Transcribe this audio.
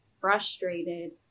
frustrated